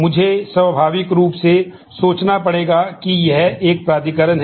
मुझे स्वाभाविक रूप से सोचना पड़ेगा कि यह एक प्राधिकरण है